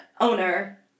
owner